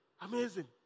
Amazing